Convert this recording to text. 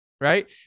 right